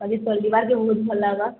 ଆଜି ଶନିବାର ଯେ ବହୁତ ଭଲ୍ ଲାଗ୍ବା